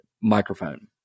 microphone